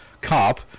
cop